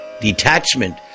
detachment